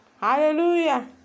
Hallelujah